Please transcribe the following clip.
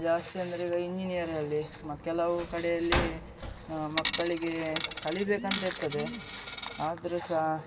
ಜಾಸ್ತಿ ಅಂದರೆ ಈಗ ಇಂಜಿನಿಯರಲ್ಲಿ ಮ ಕೆಲವು ಕಡೆಯಲ್ಲಿ ಮಕ್ಕಳಿಗೆ ಕಲಿಬೇಕಂತಿರ್ತದೆ ಆದರೂ ಸಹ